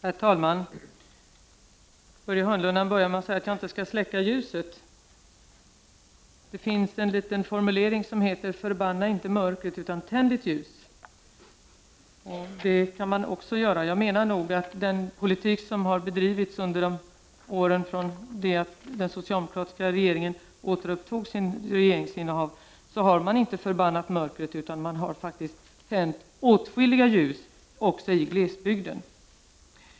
Herr talman! Börje Hörnlund började med att säga att jag inte skall släcka ljuset. Det finns en formulering som lyder: Förbanna inte mörkret utan tänd ett ljus! Jag anser att den politik som har bedrivits under åren från det att socialdemokraterna återupptog regeringsinnehavet inte inneburit att man förbannat mörkret utan att man faktiskt har tänt åtskilliga ljus, också i glesbygden.